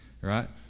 right